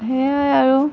সেয়ে আৰু